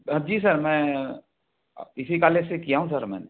sir ji sir मैं इसी college से किया हूँ सर मैं